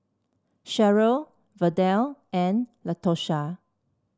Cheryl Verdell and Latosha